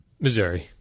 Missouri